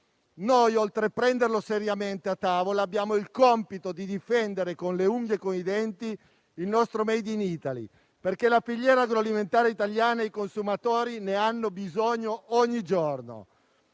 Noi, oltre a prenderlo seriamente a tavola, abbiamo il compito di difendere con le unghie e con i denti il nostro *made in Italy*, perché la filiera agroalimentare italiana e i consumatori ne hanno bisogno ogni giorno.